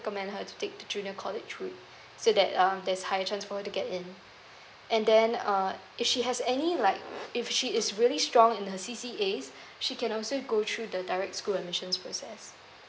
recommend her to take the junior college with so that um there's high chance for her to get in and then uh if she has any like if she is really strong in her C_C_As she can also go through the direct school admissions process